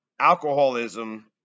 alcoholism